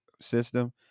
system